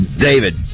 David